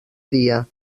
dia